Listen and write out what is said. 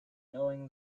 knowing